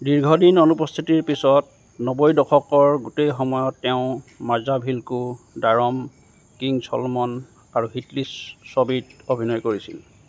দীৰ্ঘদিন অনুপস্থিতিৰ পিছত নব্বৈৰ দশকৰ গোটেই সময়ত তেওঁ মাঝাভিলকোডাৰম কিং সলমন আৰু হিটলিষ্ট ছবিত অভিনয় কৰিছিল